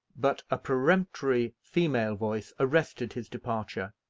but a peremptory female voice arrested his departure.